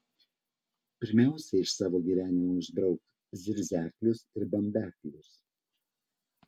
pirmiausia iš savo gyvenimo išbrauk zirzeklius ir bambeklius